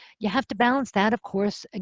you have to balance that, of course, ah